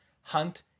hunt